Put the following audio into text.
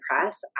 Press